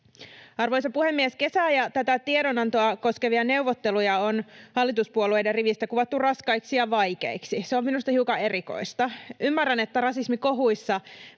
Arvoisa puhemies! Kesää ja tätä tiedonantoa koskevia neuvotteluja on hallituspuolueiden rivistä kuvattu raskaiksi ja vaikeiksi. Se on minusta hiukan erikoista. Ymmärrän, että rasismikohuissa